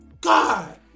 God